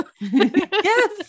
Yes